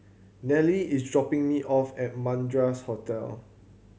Nellie is dropping me off at Madras Hotel